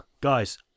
guys